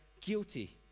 guilty